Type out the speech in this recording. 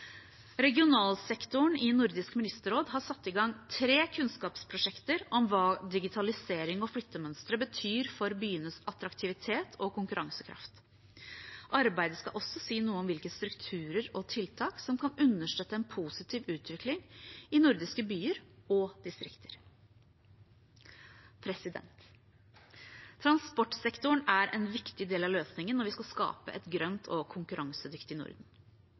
Regionalsektoren i Nordisk ministerråd har satt i gang tre kunnskapsprosjekter om hva digitalisering og flyttemønstre betyr for byenes attraktivitet og konkurransekraft. Arbeidet skal også si noe om hvilke strukturer og tiltak som kan understøtte en positiv utvikling i nordiske byer og distrikter. Transportsektoren er en viktig del av løsningen når vi skal skape et grønt og konkurransedyktig Norden.